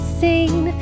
seen